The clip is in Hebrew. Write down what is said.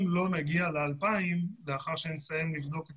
אם לא נגיע ל-2,000 לאחר שנסיים לבדוק את